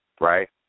Right